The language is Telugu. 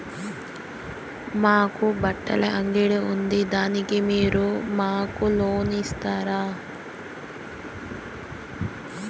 మాకు బట్టలు అంగడి ఉంది దాని మీద మాకు లోను ఇస్తారా